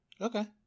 Okay